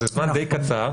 זה זמן די קצר,